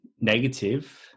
negative